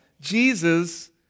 Jesus